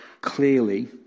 clearly